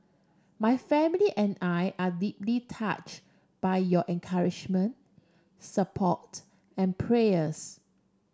my family and I are deeply touch by your encouragement support and prayers